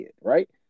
right